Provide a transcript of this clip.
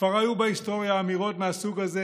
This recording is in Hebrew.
כבר היו בהיסטוריה אמירות מהסוג הזה